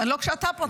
לא כשאתה פה.